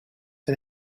een